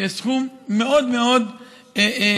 שזה סכום מאוד מאוד גדול,